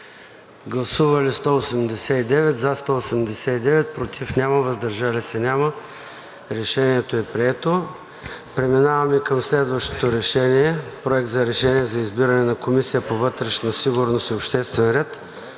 представители: за 189, против и въздържали се няма. Решението е прието. Преминаваме към следващото решение – Проект на решение за избиране на Комисия по вътрешна сигурност и обществен ред.